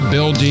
Bill